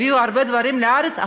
הביאו הרבה דברים לארץ,